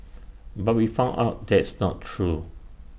but we found out that's not true